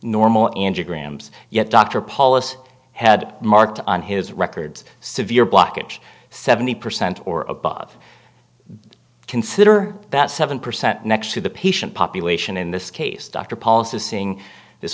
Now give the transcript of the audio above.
yet dr paulus had marked on his records severe blockage seventy percent or above consider that seven percent next to the patient population in this case doctor policy seeing this